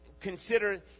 consider